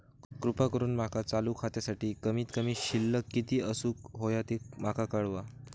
कृपा करून माका चालू खात्यासाठी कमित कमी शिल्लक किती असूक होया ते माका कळवा